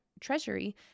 Treasury